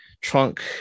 trunk